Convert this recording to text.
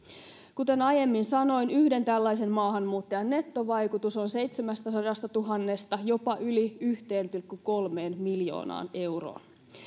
kuten aiemmin sanoin yhden tällaisen maahanmuuttajan nettovaikutus on seitsemästäsadastatuhannesta jopa yli yhteen pilkku kolmeen miljoonaan euroon